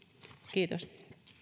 kiitos